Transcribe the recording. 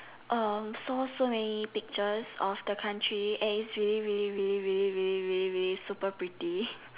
um so so many pictures of the country and it's really really really really really really really really really super pretty